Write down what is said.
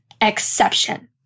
exception